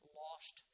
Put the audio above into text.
lost